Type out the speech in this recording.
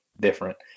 different